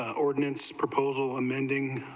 ordinance proposal amending,